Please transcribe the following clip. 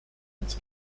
its